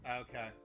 Okay